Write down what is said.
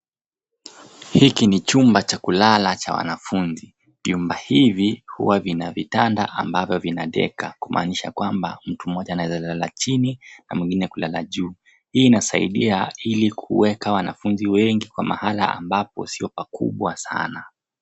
Hiki ni chumba cha kulala cha wanafunzi. Vyumba hivi huwa vina vitanda ambavyo vina deka kumaanisha kwamba mtu mmoja anaeza lala chini na mwingine kulala juu. Hii inasaidia ili kuweka wanafunzi wengi kwa mahala ambapo sio pakubwa sana.